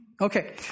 Okay